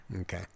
Okay